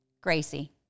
Gracie